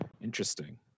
interesting